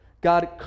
God